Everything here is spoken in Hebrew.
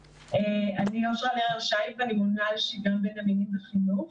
אני ממונה על השוויון בין המינים בחינוך.